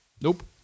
Nope